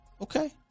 Okay